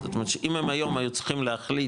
זאת אומרת שאם הם היום היו צריכים להחליט,